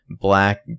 black